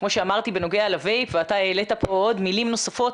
כמו שאמרתי בנוגע לווייפ ואתה העלית פה עוד מילים נוספות,